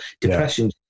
depression